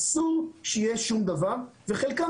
אדבר רגע גם